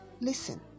Listen